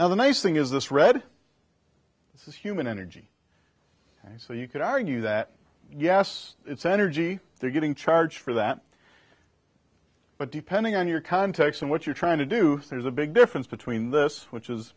now the nice thing is this red this is human energy so you could argue that yes it's energy they're getting charged for that but depending on your context and what you're trying to do thing is a big difference between this which is